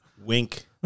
Wink